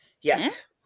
Yes